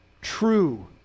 True